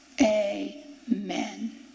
Amen